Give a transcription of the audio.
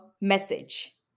message